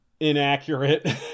inaccurate